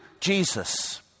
Jesus